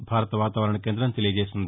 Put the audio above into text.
భారత వాతావరణ కేందం తెలియచేసింది